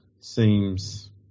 seems